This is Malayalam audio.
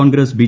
കോൺഗ്രസ് ബി